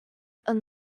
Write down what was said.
are